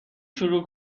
شروع